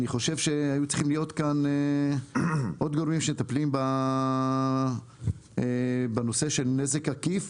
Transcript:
אני חושב שהיו צריכים להיות כאן עוד גורמים שמטפלים בנושא של נזק עקיף,